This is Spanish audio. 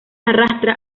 arrastra